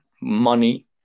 money